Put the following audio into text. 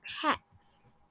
pets